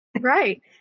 Right